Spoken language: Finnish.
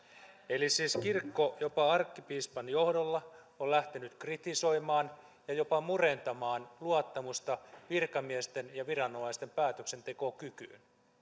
eli kirkko jopa arkkipiispan johdolla on lähtenyt kritisoimaan ja jopa murentamaan luottamusta virkamiesten ja viranomaisten päätöksentekokykyyn